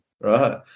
right